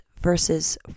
versus